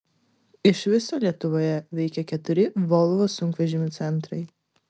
iš viso lietuvoje veikia keturi volvo sunkvežimių centrai